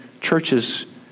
churches